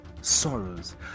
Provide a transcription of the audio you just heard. sorrows